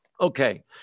Okay